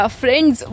friends